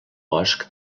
bosc